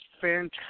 fantastic